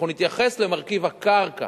אנחנו נתייחס למרכיב הקרקע,